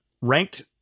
ranked